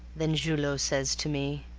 then julot says to me